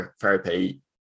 therapy